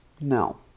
No